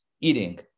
eating